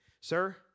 sir